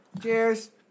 Cheers